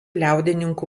liaudininkų